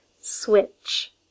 Switch